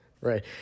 Right